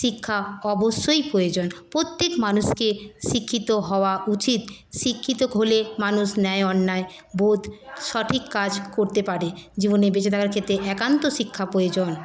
শিক্ষা অবশ্যই প্রয়োজন প্রত্যেক মানুষকে শিক্ষিত হওয়া উচিত শিক্ষিত হলে মানুষ ন্যায় অন্যায় বোধ সঠিক কাজ করতে পারে জীবনে বেঁচে থাকার ক্ষেত্রে একান্ত শিক্ষা প্রয়োজন